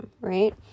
right